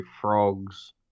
frogs